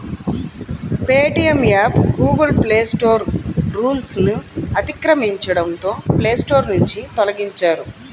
Paytm app Google play store రూల్స్ను అతిక్రమించడంతో play store నుంచి తొలగించారు